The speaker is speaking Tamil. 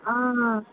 ஆ